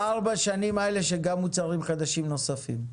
יתוקן שבארבע השנים האלה שגם מוצרים חדשים נוספים.